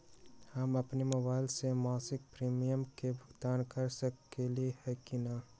हम अपन मोबाइल से मासिक प्रीमियम के भुगतान कर सकली ह की न?